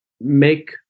make